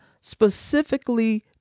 specifically